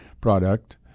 product